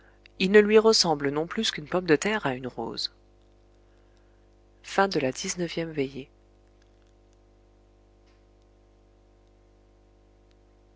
il ne lui ressemble non plus qu'une pomme de terre à une rose vingtième veillée